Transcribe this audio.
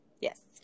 Yes